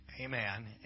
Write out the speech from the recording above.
amen